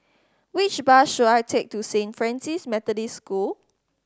which bus should I take to Saint Francis Methodist School